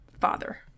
father